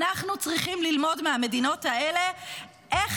אנחנו צריכים ללמוד מהמדינות האלה איך